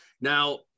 Now